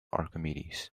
archimedes